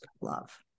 love